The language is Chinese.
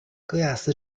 戈亚斯